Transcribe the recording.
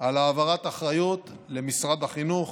על העברת האחריות למשרד החינוך,